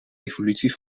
evolutie